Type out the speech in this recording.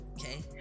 Okay